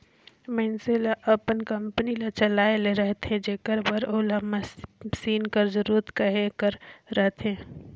मइनसे ल अपन कंपनी ल चलाए ले रहथे जेकर बर ओला मसीन कर जरूरत कहे कर रहथे